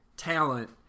talent